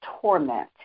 torment